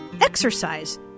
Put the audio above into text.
exercise